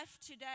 today